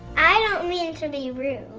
i don't mean to be rude,